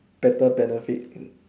better benefits